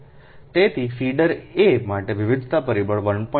તેથી feeder A માટે વિવિધતા પરિબળ 1